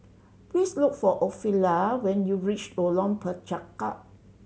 please look for Ofelia when you reach Lorong Penchalak